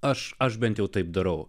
aš aš bent jau taip darau